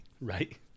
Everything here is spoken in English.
Right